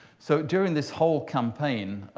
so during this whole campaign,